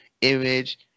image